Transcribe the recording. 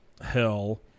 hell